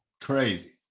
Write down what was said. crazy